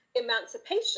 emancipation